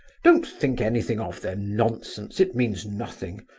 don't think anything of their nonsense, it means nothing.